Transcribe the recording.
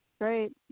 Great